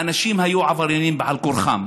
האנשים נהיו עבריינים בעל כורחם.